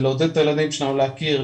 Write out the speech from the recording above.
זה לעודד את הילדים שלנו להכיר,